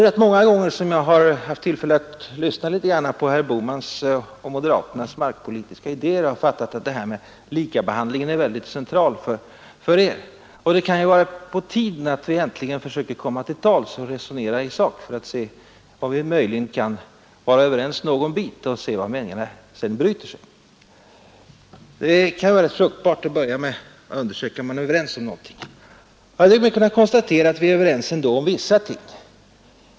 Rätt många gånger har jag haft tillfälle att lyssna till herr Bohmans och moderaternas markpolitiska idéer, och jag har fattat att detta med likabehandling är något mycket centralt för er. Det kan då vara på tiden att vi äntligen försöker komma till tals och resonera i sak för att se om vi möjligen kan vara överens någon bit och konstatera var meningarna sedan bryter sig. Det kan vara rätt fruktbart att börja med att undersöka om man är överens om någonting. Jag tycker mig ha kunnat konstatera att vi ändå är överens om vissa ting.